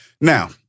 Now